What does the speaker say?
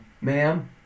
Ma'am